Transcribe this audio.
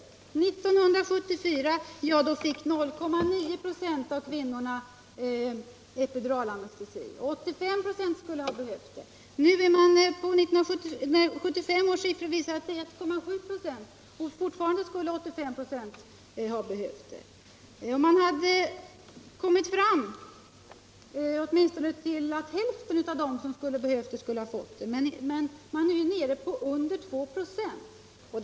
År 1974 fick 0,9 26 av kvinnorna epiduralanestesi — 85 96 skulle ha behövt det. 1975 års siffror visar att 1,7 ”å får det — men fortfarande skulle 85 26 ha behövt det. Man har inte ens kommit fram till att hälften av de kvinnor som behöver epiduralanestesi får det - man är nere i mindre än 2 å.